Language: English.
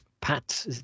Pat